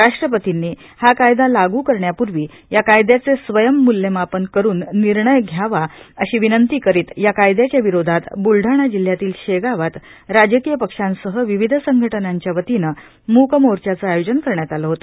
राष्ट्रपतीद्वी हा कायदा लागू करण्यापूर्वी या कायद्याचे स्वयम्मूल्यमापन करून निर्णय घ्यावा अशी विनव्नी करीत या कायद्याच्या विरोधात ब्लडाणा जिल्ह्यातील शेगावात राजकीय पक्षाप्राह विविध सप्रटनाध्र्या वतीन मूकमोर्च्याच आयोजन आज करण्यात आले होते